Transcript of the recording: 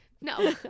No